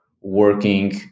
working